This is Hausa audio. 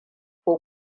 ko